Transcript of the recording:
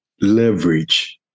leverage